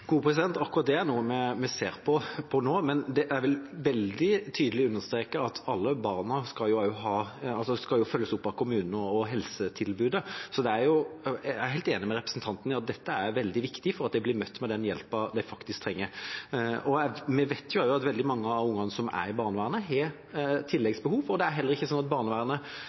Akkurat det er noe vi ser på nå, men jeg vil veldig tydelig understreke at alle barn skal følges opp av kommunen og helsetilbudet, så jeg er helt enig med representanten i at det er veldig viktig at de blir møtt med den hjelpen de faktisk trenger. Vi vet også at veldig mange av barna som er i barnevernet, har tilleggsbehov. Det er heller ikke sånn at barnevernet